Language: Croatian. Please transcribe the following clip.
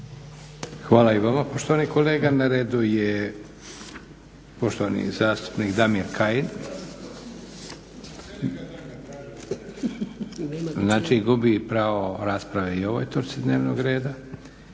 Hvala i vama poštovani kolega. Na redu je poštovani zastupnik Damir Kajin. Gubi pravo rasprave i o ovoj točci dnevnog reda.